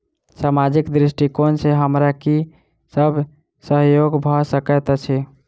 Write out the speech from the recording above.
सामाजिक दृष्टिकोण सँ हमरा की सब सहयोग भऽ सकैत अछि?